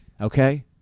okay